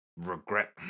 Regret